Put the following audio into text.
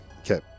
Okay